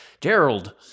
Gerald